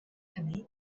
hynny